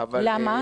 אבל --- למה?